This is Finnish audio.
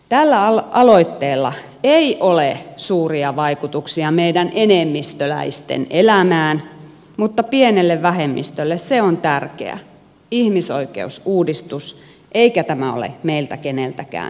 tällä aloitteella ei ole suuria vaikutuksia meidän enemmistöläisten elämään mutta pienelle vähemmistölle se on tärkeä ihmisoikeusuudistus eikä tämä ole meistä keneltäkään pois